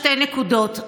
שתי נקודות,